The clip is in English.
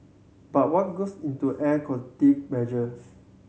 but what goes into air quality measure